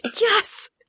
yes